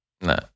No